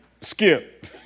skip